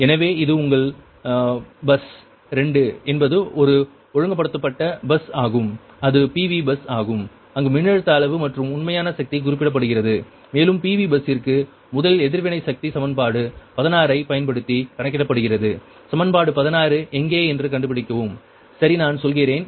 எனவே இது உங்கள் பஸ் 2 என்பது ஒரு ஒழுங்குபடுத்தப்பட்ட பஸ் ஆகும் அது PV பஸ் ஆகும் அங்கு மின்னழுத்த அளவு மற்றும் உண்மையான சக்திக் குறிப்பிடப்படுகிறது மேலும் PV பஸ்ற்கு முதலில் எதிர்வினை சக்தி சமன்பாடு 16 ஐப் பயன்படுத்தி கணக்கிடப்படுகிறது சமன்பாடு 16 எங்கே என்று கண்டுபிடிக்கவும் சரி நான் சொல்கிறேன்